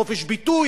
חופש ביטוי,